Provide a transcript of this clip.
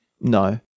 No